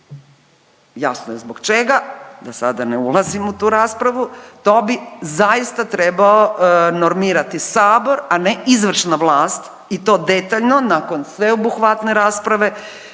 jasno je zbog čega, da sada ne ulazim u tu raspravu, to bi zaista trebao normirati Sabor, a ne izvršna vlast i to detaljno nakon sveobuhvatne rasprave